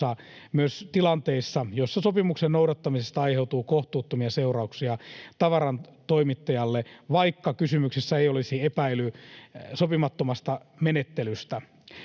myös tilanteissa, joissa sopimuksen noudattamisesta aiheutuu kohtuuttomia seurauksia tavarantoimittajalle, vaikka kysymyksessä ei olisi epäily sopimattomasta menettelystä.